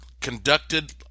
conducted